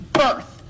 birth